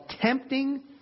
tempting